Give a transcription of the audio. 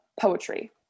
poetry